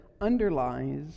underlies